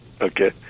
Okay